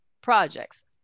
projects